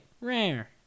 rare